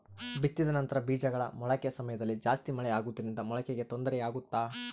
ಬಿತ್ತಿದ ನಂತರ ಬೇಜಗಳ ಮೊಳಕೆ ಸಮಯದಲ್ಲಿ ಜಾಸ್ತಿ ಮಳೆ ಆಗುವುದರಿಂದ ಮೊಳಕೆಗೆ ತೊಂದರೆ ಆಗುತ್ತಾ?